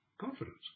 confidence